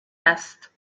است